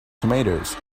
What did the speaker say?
tomatoes